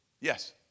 Yes